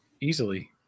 Easily